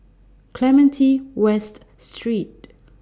Clementi West Street